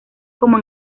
como